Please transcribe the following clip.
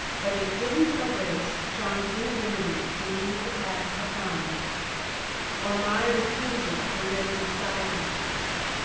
but it didn't erase john's inability to leave the past behind or my refusal to live inside his past.